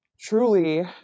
truly